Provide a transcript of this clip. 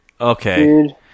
Okay